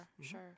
sure